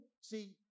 See